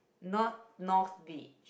north north-beach